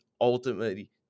ultimately